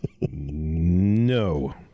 No